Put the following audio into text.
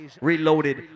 Reloaded